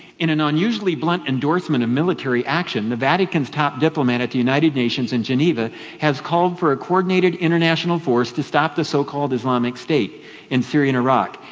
in an unusually blunt endorsement of military action, the vatican's top diplomat at the united nations in geneva has called for a coordinated international force to stop the so-called islamic state in syria and iraq.